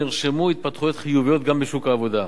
נרשמו התפתחויות חיוביות גם בשוק העבודה.